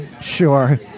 Sure